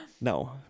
No